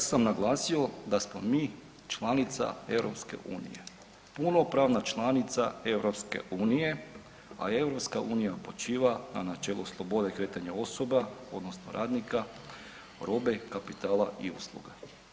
Ja sam naglasio da smo mi članica EU, punopravna članica EU-a a EU počiva na načelu slobode kretanja osoba odnosno radnika, robe, kapitala i ostaloga.